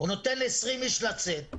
בשיתוף עם משרד החינוך.